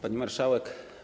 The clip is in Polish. Pani Marszałek!